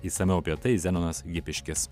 išsamiau apie tai zenonas gipiškis